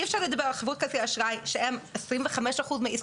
אי אפשר לדבר על חברות כרטיסי אשראי שהם 25% מעסקאות.